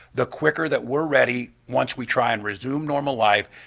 the quicker that we're ready, once we try and resume normal life,